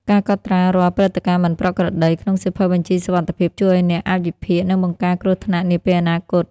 ការកត់ត្រារាល់ ព្រឹត្តិការណ៍មិនប្រក្រតី ក្នុងសៀវភៅបញ្ជីសុវត្ថិភាព ជួយឱ្យអ្នកអាចវិភាគ និងបង្ការគ្រោះថ្នាក់នាពេលអនាគត។